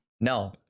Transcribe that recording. No